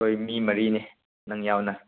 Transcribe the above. ꯑꯩꯈꯣꯏ ꯃꯤ ꯃꯔꯤꯅꯦ ꯅꯪ ꯌꯥꯎꯅ